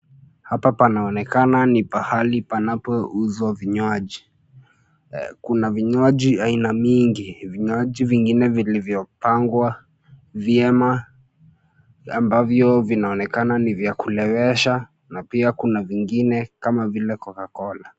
Hapa panaonekana ni pahali panapouzwa vinywaji. Kuna vinywaji aina mingi, vinywaji vingine vilivyo pangwa vyema, ambavyo vinaonekana ni vya kulewesha na pia kuna vingine kama vile 'Coka Cola'.